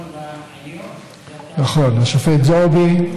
נכון, השופט זועבי,